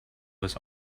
was